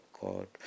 God